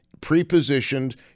pre-positioned